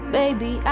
baby